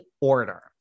order